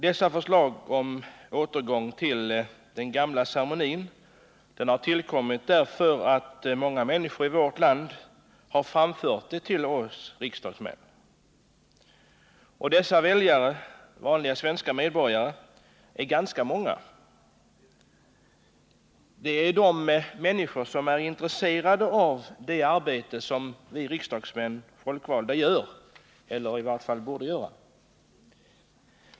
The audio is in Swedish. Motionerna om återgång till den gamla ceremonin har tillkommit därför att många människor har framfört förslaget till oss riksdagsmän. Dessa väljare, vanliga svenska medborgare, är ganska många. Det är de människor som är intresserade av det arbete som vi folkvalda utför eller i varje fall borde utföra.